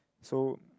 so